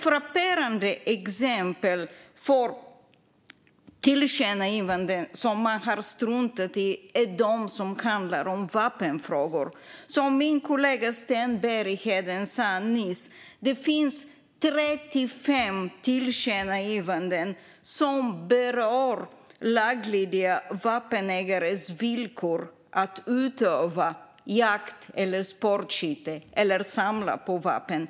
Frapperande exempel på tillkännagivanden som man har struntat i är de som handlar om vapenfrågor. Som min kollega Sten Bergheden sa nyss: det finns 35 tillkännagivanden som berör laglydiga vapenägares villkor för att utöva jakt eller sportskytte eller samla på vapen.